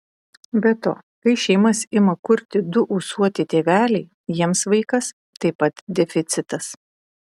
be to kai šeimas ima kurti du ūsuoti tėveliai jiems vaikas taip pat deficitas